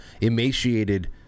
Emaciated